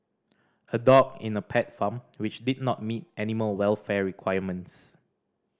a dog in a pet farm which did not meet animal welfare requirements